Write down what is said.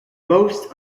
most